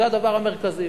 זה הדבר המרכזי.